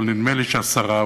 אבל נדמה לי שהשרה,